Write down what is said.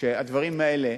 שהדברים האלה